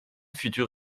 futur